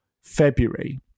February